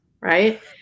right